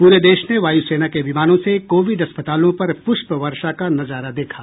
पूरे देश ने वायू सेना के विमानों से कोविड अस्पतालों पर पूष्प वर्षा का नजारा देखा